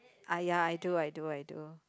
ah ya I do I do I do